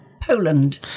Poland